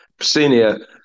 Senior